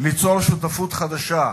ליצור שותפות חדשה,